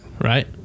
Right